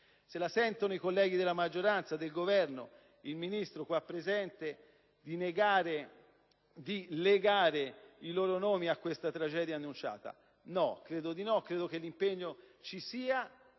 Se la sentono i colleghi della maggioranza e del Governo ed il Ministro qua presente di legare i loro nomi a questa tragedia annunciata? Credo di no, anche perché ritengo che l'impegno ci sia.